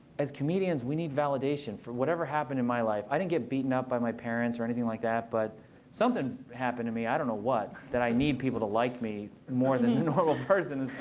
as comedians, we need validation. for whatever happened in my life i didn't get beaten up by my parents or anything like that. but something happened to me. i don't know what, that i need people to like me more than a normal person.